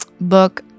book